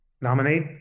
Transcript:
nominate